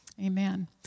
Amen